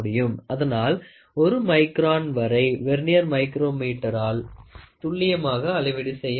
அதனால் 1 micron வரை vernier மைக்ரோமீட்டரில் துல்லியமாக அளவீடு செய்ய முடியும்